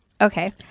okay